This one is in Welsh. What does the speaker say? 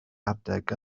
adeg